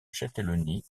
châtellenie